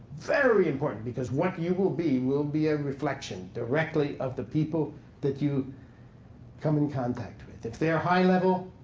very important. because what you will be will be a reflection directly of the people that you come in contact with. if they are high level,